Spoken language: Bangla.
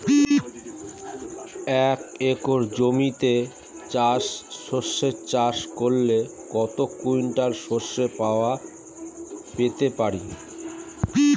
এক একর জমিতে সর্ষে চাষ করলে কত কুইন্টাল সরষে পেতে পারি?